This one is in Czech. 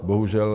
Bohužel.